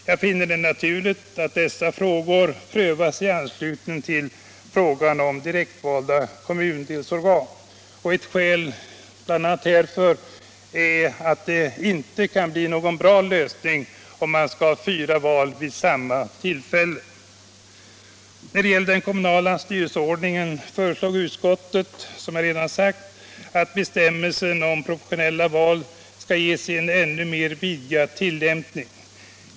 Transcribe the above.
Jag finner det naturligt att dessa frågor prövas i anslutning till frågan om direktvalda kommundelsorgan. Ett skäl härför är bl.a. att det inte kan bli någon bra lösning om man skall ha fyra val vid samma tillfälle. När det gäller den kommunala styrelseordningen föreslår utskottet, som redan sagts, att bestämmelsen om proportionella val skall ges en ännu mer vidgad tillämpning.